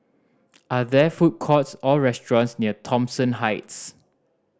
are there food courts or restaurants near Thomson Heights